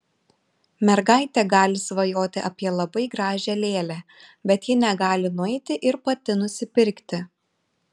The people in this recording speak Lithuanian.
mergaitė gali svajoti apie labai gražią lėlę bet ji negali nueiti ir pati nusipirkti